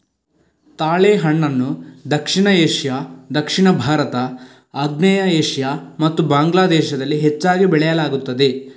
ತಾಳೆಹಣ್ಣನ್ನು ದಕ್ಷಿಣ ಏಷ್ಯಾ, ದಕ್ಷಿಣ ಭಾರತ, ಆಗ್ನೇಯ ಏಷ್ಯಾ ಮತ್ತು ಬಾಂಗ್ಲಾ ದೇಶದಲ್ಲಿ ಹೆಚ್ಚಾಗಿ ಬೆಳೆಯಲಾಗುತ್ತದೆ